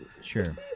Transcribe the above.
sure